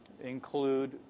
include